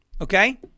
Okay